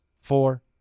four